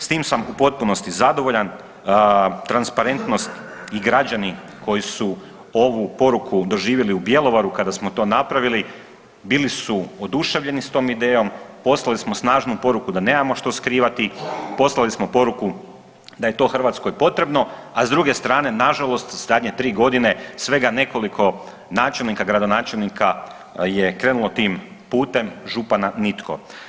S tim sam u potpunosti zadovoljan, transparentnost i građani koji su ovu poruku doživjeli u Bjelovaru kada smo to napravili, bili su oduševljeni s tom idejom, poslali smo snažnu poruku da nemamo što skrivati, poslali smo poruku da je to Hrvatskoj potrebno a s druge strane nažalost zadnje 3 godine, svega nekoliko načelnika, gradonačelnika je krenulo tim putem, od župana nitko.